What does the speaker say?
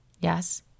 yes